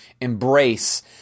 embrace